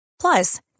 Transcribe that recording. Plus